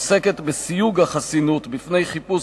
עוסקת בסיוג החסינות בפני חיפוש,